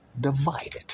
divided